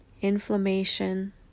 inflammation